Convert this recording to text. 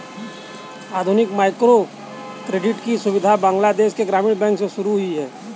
आधुनिक माइक्रोक्रेडिट की सुविधा बांग्लादेश के ग्रामीण बैंक से शुरू हुई है